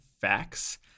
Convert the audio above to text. facts